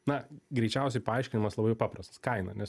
na greičiausiai paaiškinimas labai paprastas kaina nes